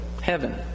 heaven